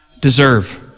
deserve